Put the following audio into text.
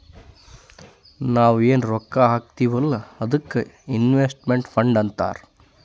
ನಾವ್ ಎನ್ ರೊಕ್ಕಾ ಹಾಕ್ತೀವ್ ಅಲ್ಲಾ ಅದ್ದುಕ್ ಇನ್ವೆಸ್ಟ್ಮೆಂಟ್ ಫಂಡ್ ಅಂತಾರ್